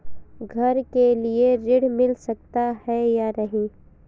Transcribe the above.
घर के लिए ऋण मिल सकता है या नहीं?